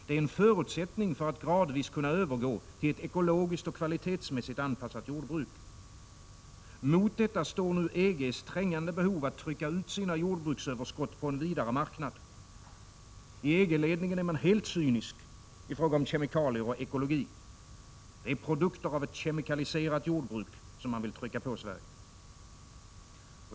Det är en förutsättning för att gradvis kunna övergå till ett ekologiskt och kvalitetsmässigt anpassat jordbruk. Mot detta står nu EG:s trängande behov att trycka ut sina jordbruksöverskott på en vidare marknad. I EG-ledningen är man helt cynisk i fråga om kemikalier och ekologi — det är produkter av ett kemikaliserat jordbruk man vill pracka på Sverige.